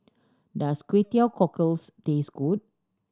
does Kway Teow Cockles taste good